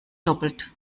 doppelt